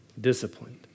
disciplined